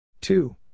Two